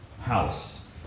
house